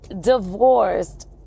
divorced